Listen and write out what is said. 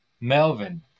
Melvin